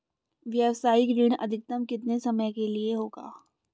व्यावसायिक ऋण अधिकतम कितने समय के लिए होगा?